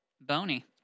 Bony